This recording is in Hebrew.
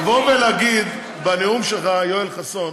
לבוא ולהגיד בנאום שלך, יואל חסון,